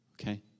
Okay